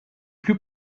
plus